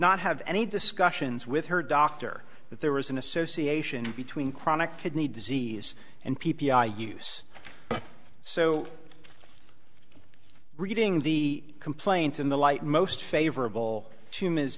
not have any discussions with her doctor that there was an association between chronic kidney disease and p p i use so reading the complaint in the light most favorable to m